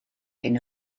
hyn